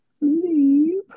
leave